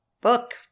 book